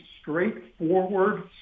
straightforward